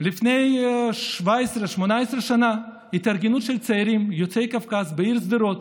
לפני 18-17 שנה התארגנות של צעירים יוצאי קווקז בעיר שדרות